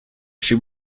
she